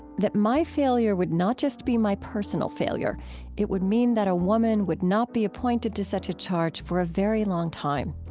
that my failure would not just be my personal failure it would mean that a woman would not be appointed to such a charge for a very long time.